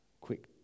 quick